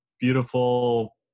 beautiful